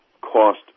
cost